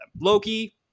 Loki